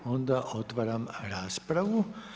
Onda otvaram raspravu.